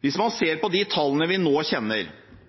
Hvis man ser på de tallene vi nå kjenner